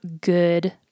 good